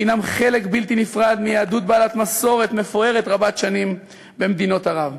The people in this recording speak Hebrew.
שהנם חלק בלתי נפרד מיהדות בעלת מסורת מפוארת רבת-שנים במדינות ערב.